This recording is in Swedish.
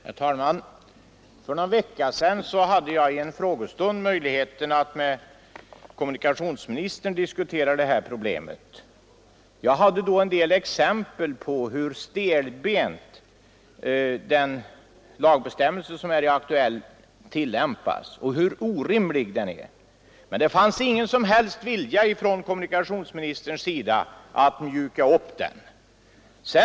Herr talman! För någon vecka sedan hade jag i en frågestund här i kammaren tillfälle att diskutera detta problem med kommunikationsministern. Då hade jag en del exempel på hur stelbent den nu aktuella lagbestämmelsen tillämpas och hur orimlig den är. Men då fann jag ingen som helst vilja hos kommunikationsministern att mjuka upp bestämmelsen.